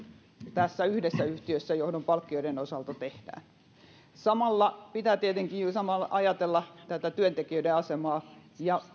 tässä yhdessä yhtiössä johdon palkkioiden osalta samalla pitää tietenkin ajatella tätä työntekijöiden asemaa ja